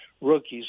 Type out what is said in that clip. rookies